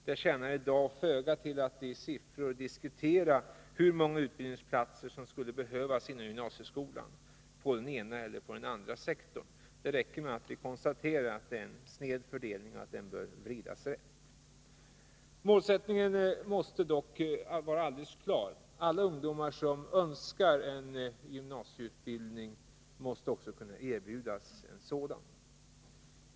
Det tjänar föga till att i dag i siffror diskutera hur många utbildningsplatser som skulle behövas på den ena eller andra sektorn inom gymnasieskolan. Det räcker med att konstatera att fördelningen är sned och att den bör vridas rätt. Målsättningen måste dock vara alldeles klar: alla ungdomar som önskar gymnasieutbildning måste kunna erbjudas sådan.